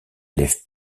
élève